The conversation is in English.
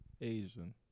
Asian